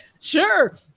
sure